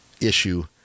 issue